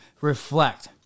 reflect